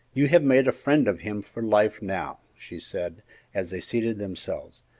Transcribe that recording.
you have made a friend of him for life, now, she said as they seated themselves,